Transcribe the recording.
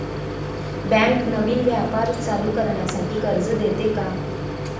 Bank नवीन व्यापार चालू करण्यासाठी कर्ज देते का?